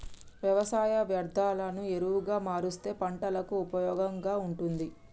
వ్యవసాయ వ్యర్ధాలను ఎరువుగా మారుస్తే పంటలకు ఉపయోగంగా ఉంటుంది